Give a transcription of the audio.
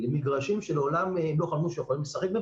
למגרשים שמעולם הן לא חלמו שהן יכולות לשחק בהם,